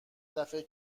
دفه